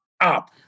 up